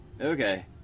Okay